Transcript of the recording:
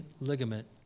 ligament